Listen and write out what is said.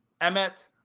Emmet